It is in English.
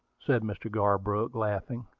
said mr. garbrook, laughing.